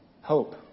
hope